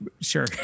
sure